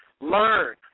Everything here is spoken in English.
Learn